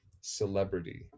celebrity